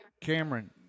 cameron